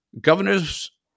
Governors